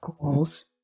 goals